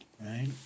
right